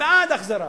בעד ההחזרה,